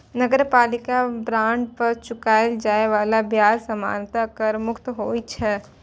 नगरपालिका बांड पर चुकाएल जाए बला ब्याज सामान्यतः कर मुक्त होइ छै